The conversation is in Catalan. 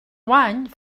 guany